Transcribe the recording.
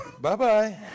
bye-bye